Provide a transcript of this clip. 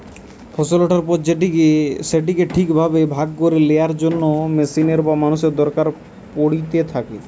ফসল ওঠার পর সেটিকে ঠিক ভাবে ভাগ করে লেয়ার জন্য মেশিনের বা মানুষের দরকার পড়িতে থাকে